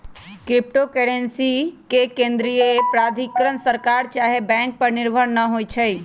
crypto currency के केंद्रीय प्राधिकरण सरकार चाहे बैंक पर निर्भर न होइ छइ